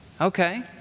Okay